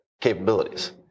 capabilities